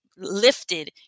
lifted